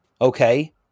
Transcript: okay